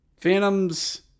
Phantoms